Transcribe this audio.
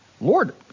Lord